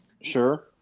Sure